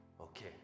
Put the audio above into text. okay